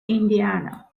indiana